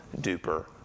duper